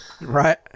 Right